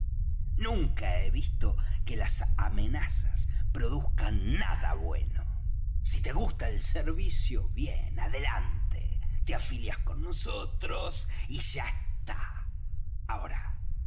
nunca he visto que las amenazas produzcan nada bueno si te gusta el servicio bien adelante te afilias con nosotros y ya está ahora